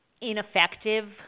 ineffective